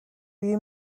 you